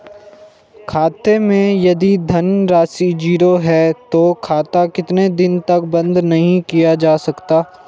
खाते मैं यदि धन राशि ज़ीरो है तो खाता कितने दिन तक बंद नहीं किया जा सकता?